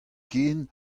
ken